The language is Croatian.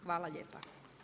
Hvala lijepa.